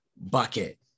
bucket